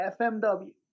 FMW